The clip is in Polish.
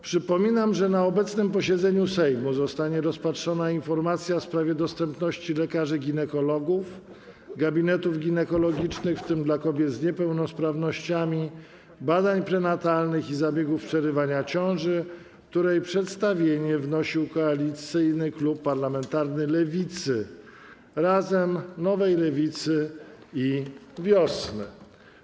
Przypominam, że na obecnym posiedzeniu Sejmu zostanie rozpatrzona informacja w sprawie dostępności lekarzy ginekologów, gabinetów ginekologicznych, w tym dla kobiet z niepełnosprawnościami, badań prenatalnych i zabiegów przerywania ciąży, o której przedstawienie wnosił Koalicyjny Klub Parlamentarny Lewicy (Razem, Sojusz Lewicy Demokratycznej, Wiosna Roberta Biedronia)